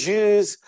Jews